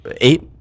eight